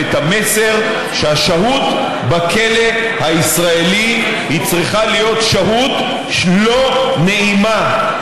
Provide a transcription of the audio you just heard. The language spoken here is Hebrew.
והמסר שהשהות בכלא הישראלי צריכה להיות שהות לא נעימה,